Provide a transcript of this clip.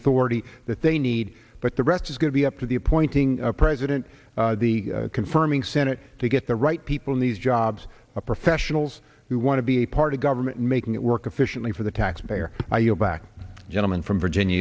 authority that they need but the rest is going to up to the appointing a president the confirming senate to get the right people in these jobs are professionals who want to be a part of government making it work efficiently for the taxpayer are your back gentleman from virginia